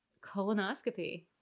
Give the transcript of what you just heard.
colonoscopy